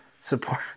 support